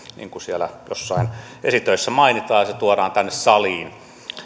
niin kuin siellä jossain esitöissä mainitaan ja että se tuodaan tänne saliin